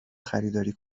خریداری